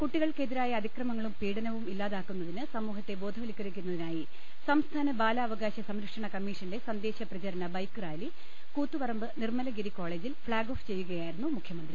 കുട്ടികൾക്കെതിരായ അതിക്രമങ്ങളും പീഡനവും ഇല്ലാതാക്കുന്നതിന് സമൂഹത്തെ ബോധവൽക്കരിക്കുന്നതി നായി സംസ്ഥാന ബാലാവകാശ സംരക്ഷണ കമ്മീഷന്റെ സന്ദേശ പ്രചരണ bike rally Koothuparamba Nirmalagiri കോളേജിൽ ഫ്ളാഗ് ഓഫ് ചെയ്യുകയായിരുന്നു മുഖ്യമന്ത്രി